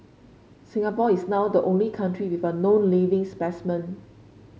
Singapore is now the only country with a known living specimen